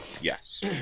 yes